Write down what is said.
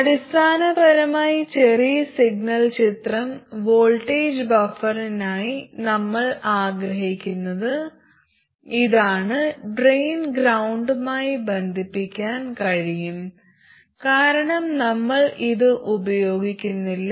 അടിസ്ഥാനപരമായി ചെറിയ സിഗ്നൽ ചിത്രം വോൾട്ടേജ് ബഫറിനായി നമ്മൾ ആഗ്രഹിക്കുന്നത് ഇതാണ് ഡ്രെയിൻ ഗ്രൌണ്ടുമായി ബന്ധിപ്പിക്കാൻ കഴിയും കാരണം നമ്മൾ ഇത് ഉപയോഗിക്കുന്നില്ല